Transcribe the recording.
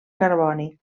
carboni